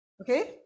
okay